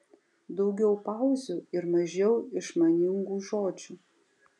daugiau pauzių ir mažiau išmaningų žodžių